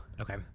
Okay